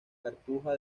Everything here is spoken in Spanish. cartuja